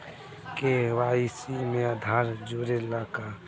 KYC में आधार जुड़े ला का?